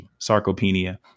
sarcopenia